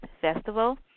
Festival